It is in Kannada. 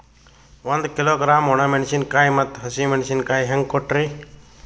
ಒಂದ ಕಿಲೋಗ್ರಾಂ, ಒಣ ಮೇಣಶೀಕಾಯಿ ಮತ್ತ ಹಸಿ ಮೇಣಶೀಕಾಯಿ ಹೆಂಗ ಕೊಟ್ರಿ?